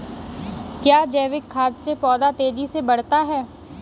क्या जैविक खाद से पौधा तेजी से बढ़ता है?